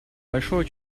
большое